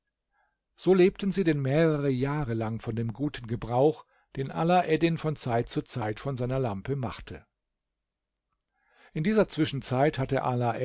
so lebten sie denn mehrere jahre lang von dem guten gebrauch den alaeddin von zeit zu zeit von seiner lampe machte in dieser zwischenzeit hatte